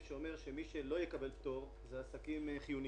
שאומר שמי שלא יקבל פטור זה עסקים חיוניים.